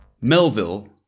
Melville